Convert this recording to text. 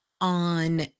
on